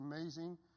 amazing